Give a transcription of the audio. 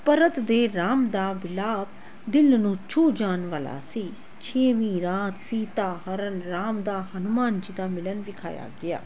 ਭਰਤ ਅਤੇ ਰਾਮ ਦਾ ਮਿਲਾਪ ਦਿਲ ਨੂੰ ਛੂਹ ਜਾਣ ਵਾਲਾ ਸੀ ਛੇਵੀਂ ਰਾਤ ਸੀਤਾ ਹਰਨ ਰਾਮ ਦਾ ਹਨੂੰਮਾਨ ਜੀ ਦਾ ਮਿਲਣ ਵਿਖਾਇਆ ਗਿਆ